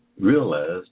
realized